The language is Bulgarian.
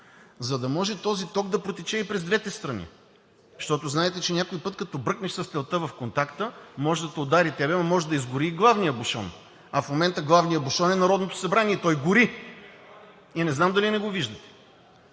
за да може този ток да протече и през двете страни? Защото, знаете, че някой път, като бръкнеш с телта в контакта, може да удари теб, но може да изгори и главният бушон, а в момента главният бушон е Народното събрание – той гори! (Шум и реплики.) Не знам дали не го виждате?!